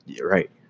right